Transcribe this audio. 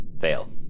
Fail